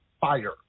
fire